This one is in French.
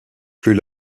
plus